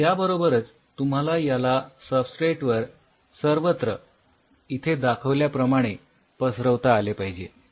आणि याबरोबरच तुम्हाला त्याला सबस्ट्रेट वर सर्वत्र इथे दाखविल्याप्रमाणे पसरवता आले पाहिजे